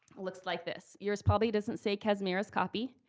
looks like this. yours probably doesn't say kasmira's copy.